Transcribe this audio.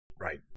Right